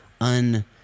un-